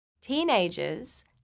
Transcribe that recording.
teenagers